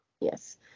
yes